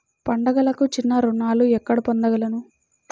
పండుగలకు చిన్న రుణాలు ఎక్కడ పొందగలను?